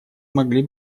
могли